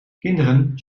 kinderen